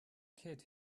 kid